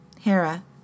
Hera